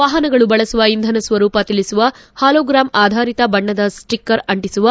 ವಾಹನಗಳು ಬಳಸುವ ಇಂಧನ ಸ್ನರೂಪ ತಿಳಿಸುವ ಹಾಲೋಗ್ರಾಮ್ ಆಧಾರಿತ ಬಣ್ಣದ ಸ್ಸಿಕರ್ ಅಂಟಿಸುವ